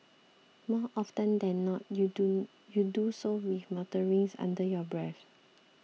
more often than not you do you do so with mutterings under your breath